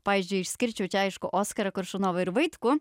pavyzdžiui išskirčiau čia aišku oskarą koršunovą ir vaitkų